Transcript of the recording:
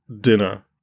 dinner